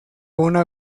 una